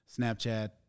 Snapchat